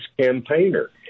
campaigner